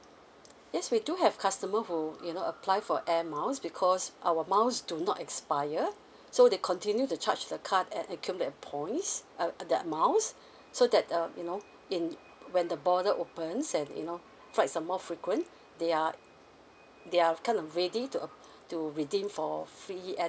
yes we do have customer who you know apply for air miles because our miles do not expire so they continue to charge to the card and accumulate uh points uh the miles so that uh you know in when the border opens and you know flights are more frequent they are they are kind of ready to uh to redeem for free air